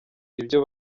ibyo